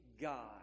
God